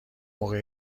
موقع